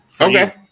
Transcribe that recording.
Okay